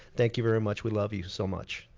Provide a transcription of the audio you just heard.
thank you very much, we love you so much.